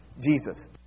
Jesus